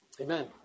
Amen